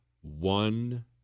one